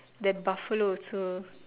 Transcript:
that Buffalo also